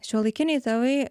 šiuolaikiniai tėvai